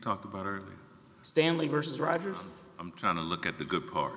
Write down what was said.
talk about stanley versus rogers i'm trying to look at the good part